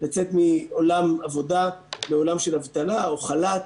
לצאת מעולם העבודה לעולם של האבטלה או חל"ת,